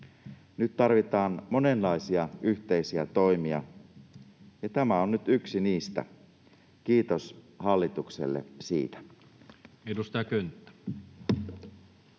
Nyt tarvitaan monenlaisia yhteisiä toimia, ja tämä on nyt yksi niistä. Kiitos hallitukselle siitä.